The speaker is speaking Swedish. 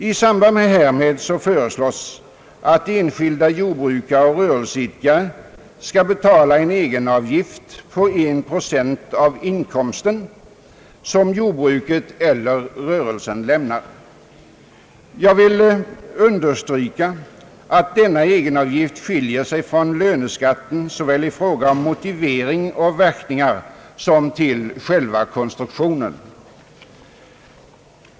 I samband härmed föreslås att enskilda jordbrukare och rörelseidkare skall betala en egenavgift på 1 procent av den inkomst som jordbruket eller rörelsen lämnar. Jag vill understryka att denna egenavgift skiljer sig från löneskatten såväl i fråga om motivering och verkningar som till konstruktion.